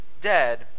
dead